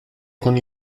con